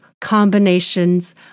combinations